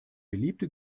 beliebte